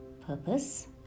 purpose